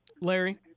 Larry